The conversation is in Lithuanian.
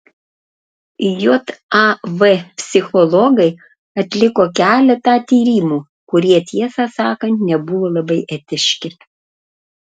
jav psichologai atliko keletą tyrimų kurie tiesą sakant nebuvo labai etiški